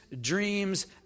dreams